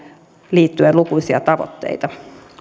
liittyen lukuisia tavoitteita